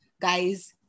guys